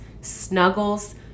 snuggles